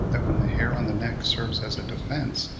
that when the hair on the neck serves as a defence,